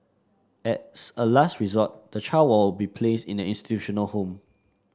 as a last resort the child will be placed in an institutional home